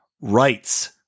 rights